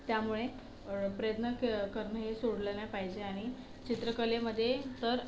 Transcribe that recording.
त्यामुळे प्रयत्न क करणं हे सोडलं नाही पाहिजे आणि चित्रकलेमध्ये तर